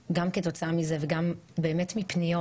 ואנחנו באמת גם כתוצאה מזה וגם באמת מפניות